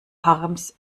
harms